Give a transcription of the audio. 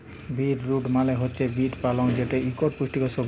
beet root মালে হছে beet পালং যেট ইকট পুষ্টিকর সবজি